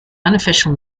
unofficial